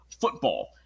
football